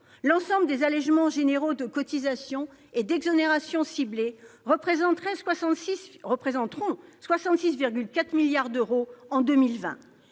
L'ensemble des allégements généraux de cotisations et d'exonérations ciblées représenteront 66,4 milliards d'euros en 2020.